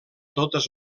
totes